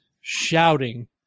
shouting